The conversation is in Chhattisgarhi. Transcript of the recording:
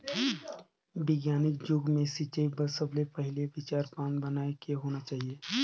बिग्यानिक जुग मे सिंचई बर सबले पहिले विचार बांध बनाए के होना चाहिए